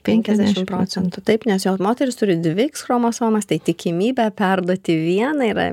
penkiasdešimt procentų taip nes jos moteris turi dvi iks chromosomas tai tikimybė perduoti vieną yra